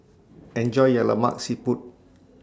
Enjoy your Lemak Siput